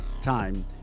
time